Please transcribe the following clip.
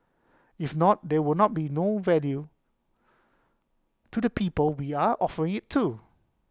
if not there not would be no value to the people we are offering IT to